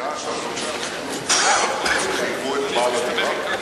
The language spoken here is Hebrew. הם חייבו את בעל הדירה?